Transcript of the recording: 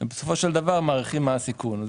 בסופו של דבר מעריכים מה הסיכון.